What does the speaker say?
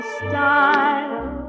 style